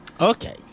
Okay